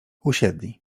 usiedli